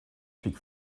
speak